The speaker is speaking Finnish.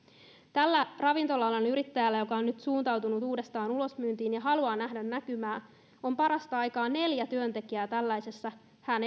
tällä ravintola alan yrittäjällä joka on nyt suuntautunut uudestaan ulosmyyntiin ja haluaa nähdä näkymää on parasta aikaa neljä työntekijää tällaisessa